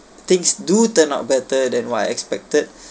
things do turn out better than what I expected